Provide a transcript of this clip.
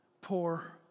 poor